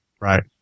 Right